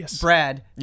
Brad